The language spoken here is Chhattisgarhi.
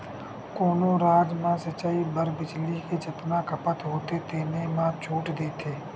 कोनो राज म सिचई बर बिजली के जतना खपत होथे तेन म छूट देथे